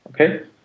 Okay